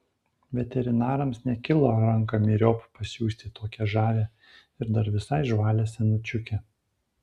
veterinarams nekilo ranką myriop pasiųsti tokią žavią ir dar visai žvalią senučiukę